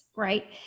Right